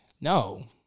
no